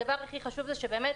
הדבר הכי חשוב הוא שבאמת